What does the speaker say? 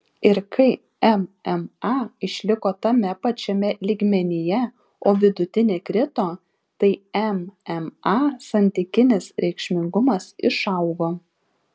ir kai mma išliko tame pačiame lygmenyje o vidutinė krito tai mma santykinis reikšmingumas išaugo